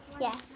Yes